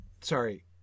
sorry